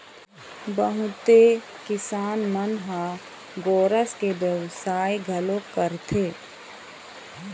बहुते किसान मन ह गोरस के बेवसाय घलोक करथे